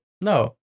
No